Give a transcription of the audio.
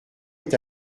est